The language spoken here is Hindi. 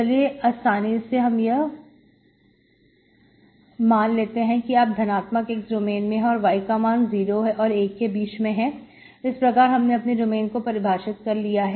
चलिए आसानी के लिए हम यह मान लेते हैं कि आप धनात्मक x डोमेन में है और y का मान 0 और 1 के बीच में है इस प्रकार हमने अपने डोमेन को परिभाषित कर लिया है